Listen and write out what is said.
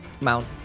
mount